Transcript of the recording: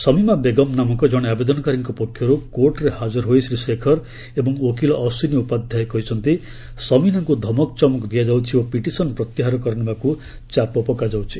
ସମୀମା ବେଗମ୍ ନାମକ କଣେ ଆବେଦନକାରୀଙ୍କ ପକ୍ଷରୁ କୋର୍ଟରେ ହାଜର ହୋଇ ଶ୍ରୀ ଶେଖର ଏବଂ ଓକିଲ ଅଶ୍ୱିନୀ ଉପାଧ୍ୟାୟ କହିଚନ୍ତି ସମୀନାଙ୍କୁ ଧମକଚମକ ଦିଆଯାଉଛି ଓ ପିଟିସନ୍ ପ୍ରତ୍ୟାହାର କରିନେବାକୁ ଚାପ ପକାଯାଉଛି